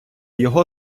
його